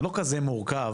זה לא כזה מורכב